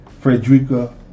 Frederica